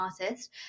artist